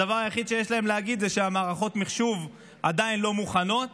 הדבר היחיד שיש להם להגיד זה שמערכות המחשוב עדיין לא מוכנות